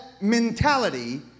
mentality